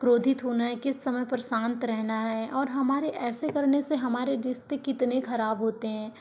क्रोधित होना है किस समय पर शांत रहना है और हमारे ऐसे करने से हमारे रिश्ते कितने खराब होते हैं